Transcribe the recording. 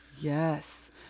Yes